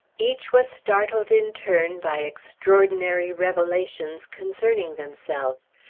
each was startled in turn by extraordinary revelations concerning themselves.